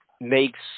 makes